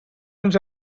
ens